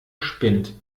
spinnt